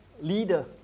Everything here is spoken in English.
leader